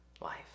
life